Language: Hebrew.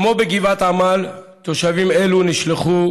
כמו בגבעת עמל, תושבים אלו נשלחו